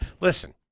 Listen